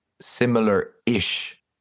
similar-ish